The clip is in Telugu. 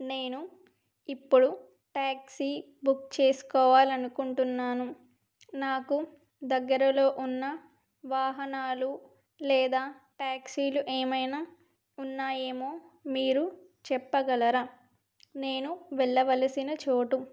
నేను ఇప్పుడు టాక్సీ బుక్ చేసుకోవాలలి అనుకుంటున్నాను నాకు దగ్గరలో ఉన్న వాహనాలు లేదా టాక్సీలు ఏమైనా ఉన్నాయేమో మీరు చెప్పగలరా నేను వెళ్ళవలసిన చోటు